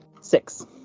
Six